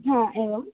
हा एवम्